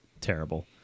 terrible